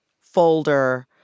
folder